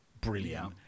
brilliant